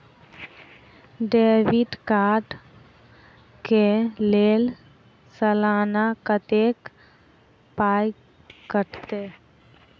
Debit card कऽ लेल सलाना कत्तेक पाई कटतै?